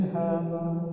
heaven